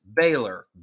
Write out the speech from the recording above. Baylor